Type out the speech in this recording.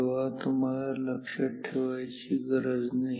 तेव्हा तुम्हाला लक्षात ठेवायची गरज नाही